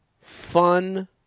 fun